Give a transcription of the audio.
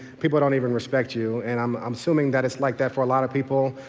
people don't even respect you. and i'm um assuming that it's like that for a lot of people.